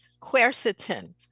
quercetin